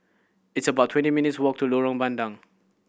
it's about twenty minutes' walk to Lorong Bandang